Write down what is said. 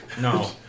No